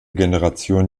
generation